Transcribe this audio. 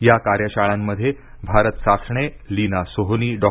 या कार्यशाळांमध्ये भारत सासणे लीना सोहोनी डॉ